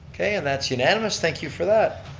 okay, and that's unanimous, thank you for that.